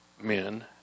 men